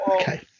Okay